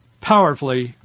powerfully